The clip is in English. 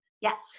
Yes